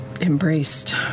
embraced